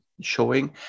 showing